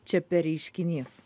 čia per reiškinys